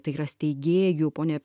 tai yra steigėjų ponia